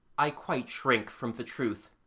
i quite shrink from the truth,